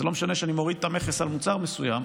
אז זה לא משנה שאני מוריד את המכס על מוצר מסוים,